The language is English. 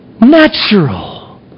natural